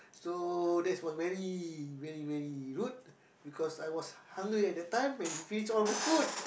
so that's was very very very rude because I was hungry at that time when he finished all my food